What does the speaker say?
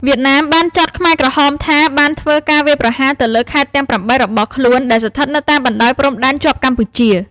វៀតណាមបានចោទខ្មែរក្រហមថាបានធ្វើការវាយប្រហារទៅលើខេត្តទាំងប្រាំបីរបស់ខ្លួនដែលស្ថិតនៅតាមបណ្តោយព្រំដែនជាប់កម្ពុជា។